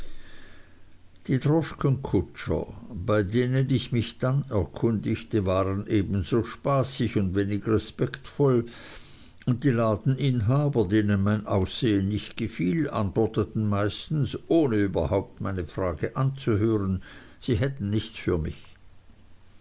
die droschkenkutscher bei denen ich mich dann erkundigte waren ebenso spaßig und wenig respektvoll und die ladeninhaber denen mein aussehen nicht gefiel antworteten meistens ohne überhaupt meine frage anzuhören sie hätten nichts für mich